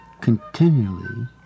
continually